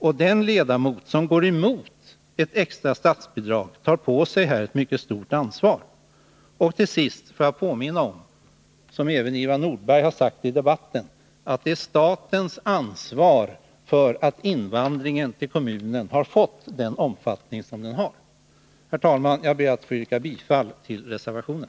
Och den ledamot som går emot ett extra statsbidrag tar härvidlag på sig ett mycket stort ansvar. Till sist får jag påminna om det som även Ivar Nordberg har sagt i debatten, att det är staten som har ansvaret för att invandringen till kommunen har fått den omfattning som den har fått. Herr talman! Jag ber att få yrka bifall till reservationen.